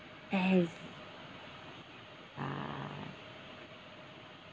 as uh